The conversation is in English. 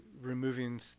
removing